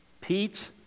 Pete